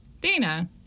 Dana